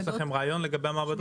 יש לכם רעיון לגבי המעבדות?